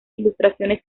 ilustraciones